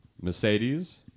Mercedes